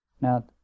Now